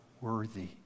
worthy